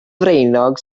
ddraenog